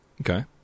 Okay